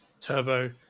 Turbo